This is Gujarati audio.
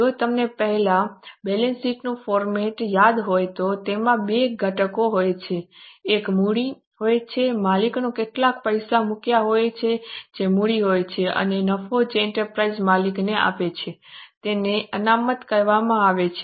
જો તમને પહેલા બેલેન્સ શીટનું ફોર્મેટ યાદ હોય તો તેમાં બે ઘટકો હોય છે એક મૂડી હોય છે માલિકોએ કેટલાક પૈસા મૂક્યા હોય છે જે મૂડી હોય છે અને નફો જે એન્ટરપ્રાઇઝ માલિકને આપે છે તેને અનામત કહેવામાં આવે છે